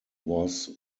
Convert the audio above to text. was